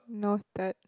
noted